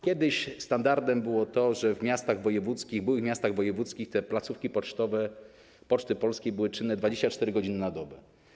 Kiedyś standardem było to, że w miastach wojewódzkich, byłych miastach wojewódzkich placówki pocztowe Poczty Polskiej były czynne 24 godziny na dobę.